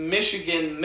Michigan